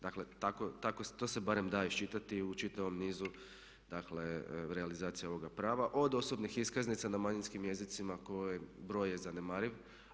Dakle, to se barem da iščitati u čitavom nizu dakle realizacije ovoga prava, od osobnih iskaznica na manjinskim jezicima čiji broj je zanemariv.